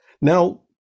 Now